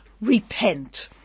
repent